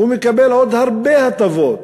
הוא מקבל עוד הרבה הטבות,